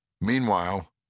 Meanwhile